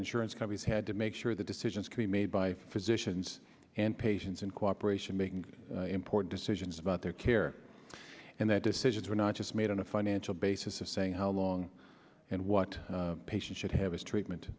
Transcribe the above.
insurance companies had to make sure that decisions could be made by physicians and patients in cooperation making important decisions about their care and that decisions are not just made on a financial basis of saying how long and what patient should have his treatment